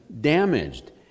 damaged